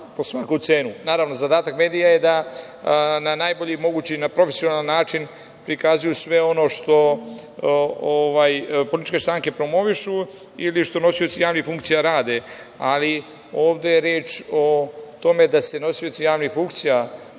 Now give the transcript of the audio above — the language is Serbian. po svaku cenu. Naravno, zadatak medija je da na najbolji mogući i na profesionalan način prikazuju sve ono što političke stranke promovišu ili što nosioci javnih funkcija rade, ali ovde je reč o tome da se nosioci javnih funkcija